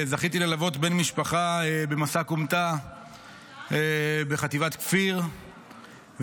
זכיתי ללוות בן משפחה במסע כומתה בחטיבת כפיר,